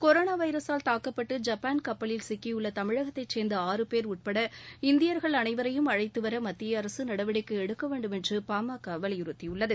corona வைரஸால் தாக்கப்பட்டு Japan கப்பலில் சிக்கியுள்ள தமிழகத்தை சேர்ந்த ஆறு பேர் உட்பட இந்தியர்கள் அனைவரையும் அழைத்து வர மத்திய அரசு நடவடிக்கை எடுக்க வேண்டும் என்று பாமக வலியுறுத்தியுள்ளது